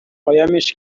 قایمش